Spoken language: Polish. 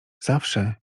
zawsze